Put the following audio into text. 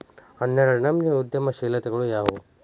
ಹನ್ನೆರ್ಡ್ನನಮ್ನಿ ಉದ್ಯಮಶೇಲತೆಗಳು ಯಾವ್ಯಾವು